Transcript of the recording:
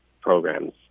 programs